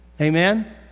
amen